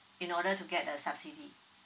in order to get the subsidy